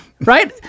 right